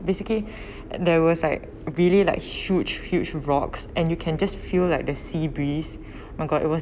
basically there was like really like huge huge rocks and you can just feel like the sea breeze my god it was